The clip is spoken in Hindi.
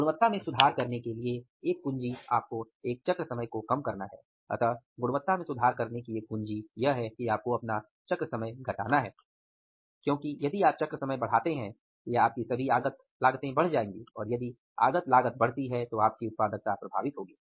गुणवत्ता में सुधार करने के लिए एक कुंजी आपको एक चक्र समय को कम करना है क्योंकि यदि आप चक्र समय बढ़ाते हैं या आपकी सभी आगत लागतें बढ़ जाएंगी और यदि आगत लागत बढ़ती है तो आपकी उत्पादकता प्रभावित होगी